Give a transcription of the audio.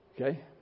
Okay